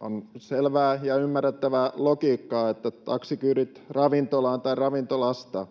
On selvää ja ymmärrettävää logiikkaa, että taksikyydit ravintolaan tai ravintolasta